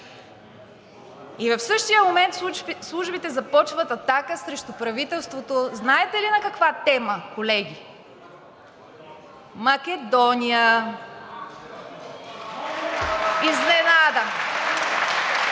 и в същия момент службите започват атака срещу правителството, знаете ли на каква тема, колеги? Македония! Изненада?!